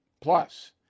Plus